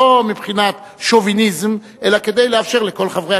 לא מבחינת שוביניזם אלא כדי לאפשר לכל חברי